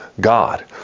God